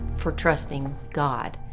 for trusting god.